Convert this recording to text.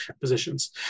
positions